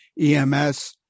EMS